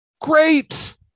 great